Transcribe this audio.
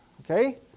Okay